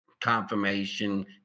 confirmation